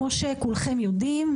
כמו שכולכם יודעים,